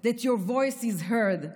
that your voice is heard,